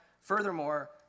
Furthermore